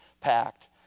packed